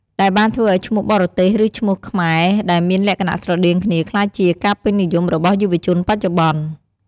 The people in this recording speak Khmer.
ដែលបានធ្វើឲ្យឈ្មោះបរទេស ឬឈ្មោះខ្មែរដែលមានលក្ខណៈស្រដៀងគ្នា ក្លាយជាការពេញនិយមរបស់យុវជនបច្ចុប្បន្ន។